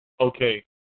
okay